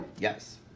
Yes